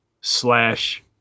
slash